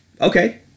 okay